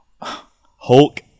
Hulk